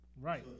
Right